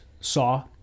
Saw